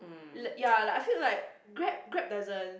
let ya like I feel like grab grab doesn't